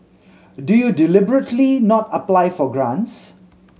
do you deliberately not apply for grants